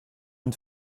une